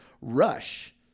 Rush